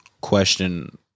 question